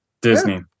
Disney